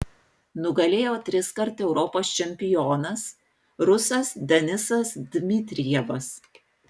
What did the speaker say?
nugalėjo triskart europos čempionas rusas denisas dmitrijevas